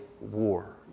war